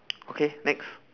okay next